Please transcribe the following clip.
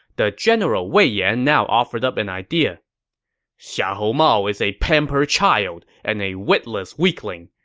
the general wei yan now offered up an idea xiahou mao is a pampered child and a witless weakling.